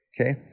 okay